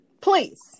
Please